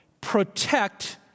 protect